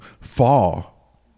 fall